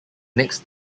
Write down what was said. next